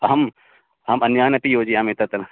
अहम् अहम् अन्यानपि योजयामि तत्र